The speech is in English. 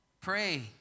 pray